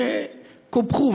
שקופחו?